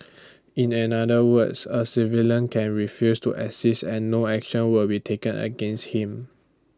in another words A civilian can refuse to assist and no action will be taken against him